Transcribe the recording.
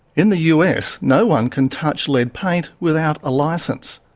in the us, no one can touch lead paint without a licence.